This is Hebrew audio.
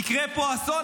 יקרה פה אסון.